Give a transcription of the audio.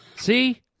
See